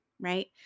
right